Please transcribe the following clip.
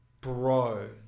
Bro